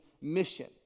mission